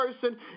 person